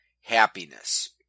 happiness